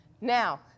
Now